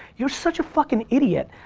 you're such a fucking idiot.